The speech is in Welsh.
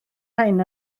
rhain